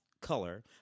Color